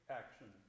action